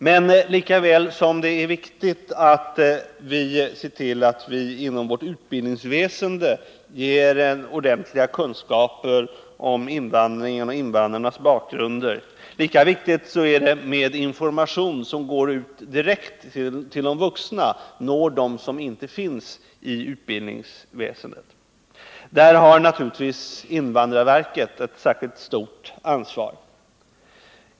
Men lika väl som det är viktigt att vi ser till att inom vårt utbildningsväsende ge ordentliga kunskaper om invandringen och invandrarnas bakgrund, så är det viktigt med information som går ut direkt till de vuxna, som når dem som inte omfattas av utbildningsväsendet. Härvidlag har naturligtvis invandrarverket ett särskilt stort ansvar.